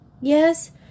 Yes